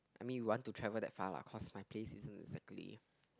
I mean you want to travel that far lah cause my place isn't exactly